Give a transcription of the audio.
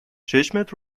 چشمت